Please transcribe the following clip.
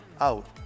out